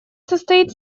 состоит